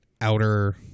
Outer